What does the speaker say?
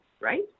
right